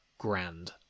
grand